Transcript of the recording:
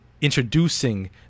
introducing